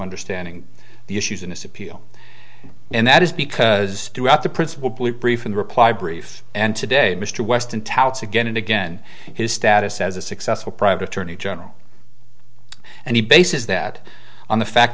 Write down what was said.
understanding the issues in this appeal and that is because throughout the principle police briefing reply brief and today mr weston touts again and again his status as a successful private attorney general and he bases that on the fact